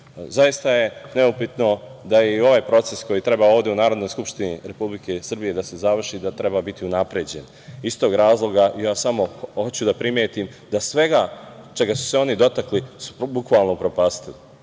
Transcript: Zaista je neupitno da je i ovaj proces, koji treba ovde u Narodnoj skupštini Republike Srbije da se završi, da treba biti unapređen. Iz tog razloga ja sam hoću da primetim da svega čega su se oni dotakli su bukvalno upropastili. Mi